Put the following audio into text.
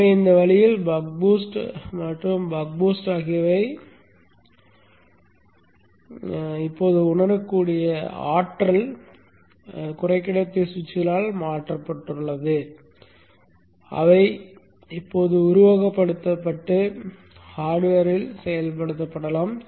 எனவே இந்த வழியில் பக் பூஸ்ட் மற்றும் பக் பூஸ்ட் ஆகியவை இப்போது உணரக்கூடிய ஆற்றல் குறைக்கடத்தி சுவிட்சுகளால் மாற்றப்பட்டுள்ளன அவை இப்போது உருவகப்படுத்தப்பட்டு வன்பொருளில் செயல்படுத்தப்படலாம்